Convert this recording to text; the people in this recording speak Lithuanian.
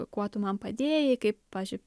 kuo tu man padėjai kaip pavyzdžiui